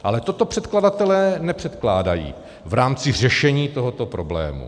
Ale toto předkladatelé nepředkládají v rámci řešení tohoto problému.